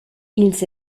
ils